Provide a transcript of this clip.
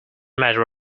matter